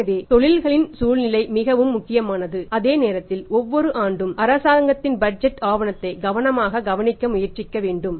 எனவே தொழில்களின் சூழ்நிலை மிகவும் முக்கியமானது அதே நேரத்தில் ஒவ்வொரு ஆண்டும் அரசாங்கத்தின் பட்ஜெட் ஆவணத்தை கவனமாக கவனிக்க முயற்சிக்க வேண்டும்